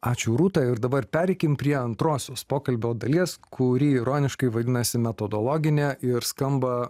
ačiū rūta ir dabar pereikim prie antrosios pokalbio dalies kuri ironiškai vadinasi metodologinė ir skamba